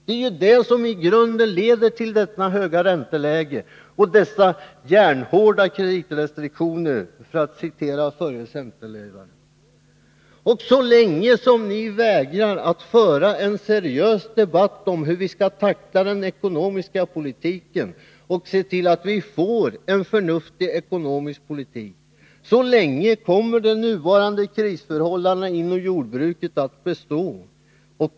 Det är ju det som i grunden leder till det höga ränteläget och de järnhårda kreditrestriktionerna, för att citera den förre centerledaren. Så länge som ni vägrar att föra en seriös debatt om hur vi skall tackla den ekonomiska politiken och se till att få en förnuftig ekonomisk politik, kommer de nuvarande krisförhållandena inom jordbruket att bestå.